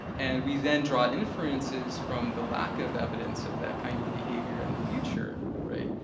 and we then draw inferences from the lack of evidence of that kind of behavior in the future, right,